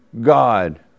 God